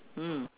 mm